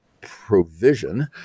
provision